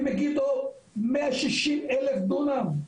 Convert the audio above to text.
במגידו מאה שישים אלף דונם,